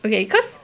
okay because